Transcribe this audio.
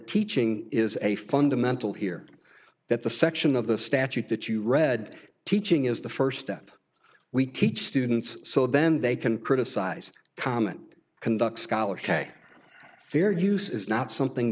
teaching is a fundamental here that the section of the statute that you read teaching is the first step we teach students so then they can criticize common conduct scholar shacked fair use is not something